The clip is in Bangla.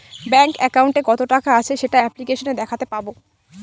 ব্যাঙ্ক একাউন্টে কত টাকা আছে সেটা অ্যাপ্লিকেসনে দেখাতে পাবো